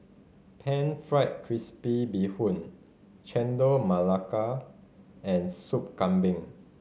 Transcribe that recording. Pan Fried Crispy Bee Hoon Chendol Melaka and Soup Kambing